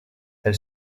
elle